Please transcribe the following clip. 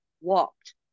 walked